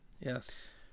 Yes